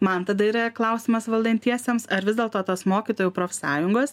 man tada yra klausimas valdantiesiems ar vis dėlto tos mokytojų profsąjungos